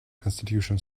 constitution